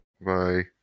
Bye